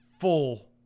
full